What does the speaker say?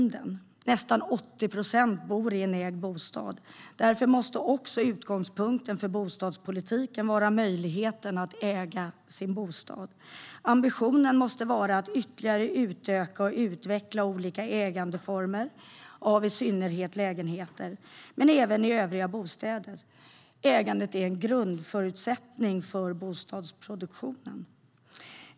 Nästan 80 procent bor i en ägd bostad. Därför måste utgångspunkten för bostadspolitiken också vara möjligheten att äga sin bostad. Ambitionen måste vara att ytterligare utöka och utveckla olika ägandeformer för i synnerhet lägenheter men även övriga bostäder. Ägandet är en grundförutsättning för bostadsproduktionen.